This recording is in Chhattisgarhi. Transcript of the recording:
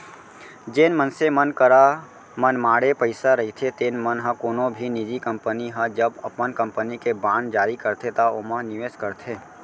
जेन मनसे मन करा मनमाड़े पइसा रहिथे तेन मन ह कोनो भी निजी कंपनी ह जब अपन कंपनी के बांड जारी करथे त ओमा निवेस करथे